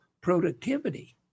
productivity